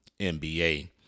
NBA